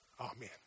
Amen